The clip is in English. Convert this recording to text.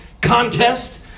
contest